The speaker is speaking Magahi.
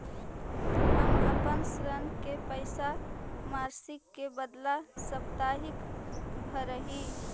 हम अपन ऋण के पैसा मासिक के बदला साप्ताहिक भरअ ही